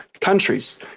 countries